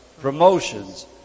Promotions